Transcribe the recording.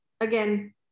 again